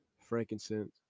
frankincense